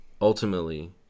ultimately